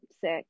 Sick